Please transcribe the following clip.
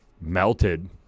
melted